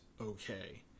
okay